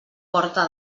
porta